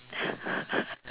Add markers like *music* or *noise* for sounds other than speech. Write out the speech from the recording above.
*laughs*